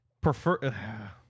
Prefer